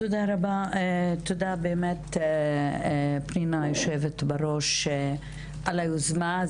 תודה רבה, פנינה היושבת ראש, על היוזמה.